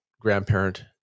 grandparent